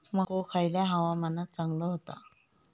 मको खयल्या हवामानात चांगलो होता?